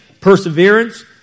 perseverance